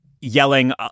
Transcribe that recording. yelling